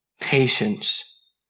patience